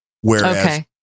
Whereas